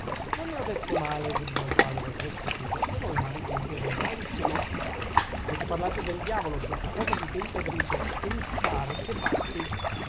non ne ho detto male gridò il padre restituto e voi m'avete inteso malissimo avete parlato del diavolo sotto forma di tentatrice e mi pare che basti